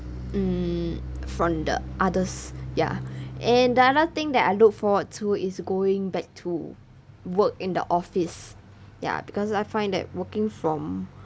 mm from the others ya and the other thing that I look forward to is going back to work in the office ya because I find that working from